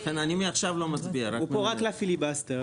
רביזיה.